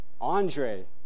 Andre